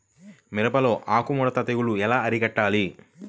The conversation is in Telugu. మిరపలో ఆకు ముడత తెగులు ఎలా అరికట్టాలి?